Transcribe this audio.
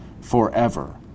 forever